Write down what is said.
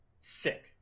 sick